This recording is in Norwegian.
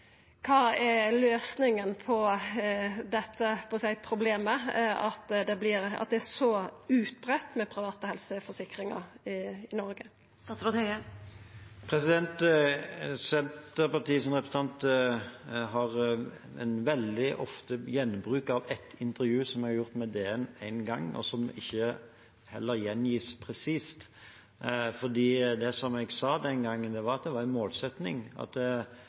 på dette problemet, at det er so utbreidd med private helseforsikringar i Noreg? Senterpartiets representant har veldig ofte en gjenbruk av ett intervju som jeg har gjort med Dagsavisen én gang, og som ikke heller gjengis presist. For det jeg sa den gangen, var at det var en målsetting at